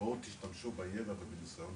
בואו תשתמשו בידע ובניסיון,